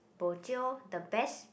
bo jio the best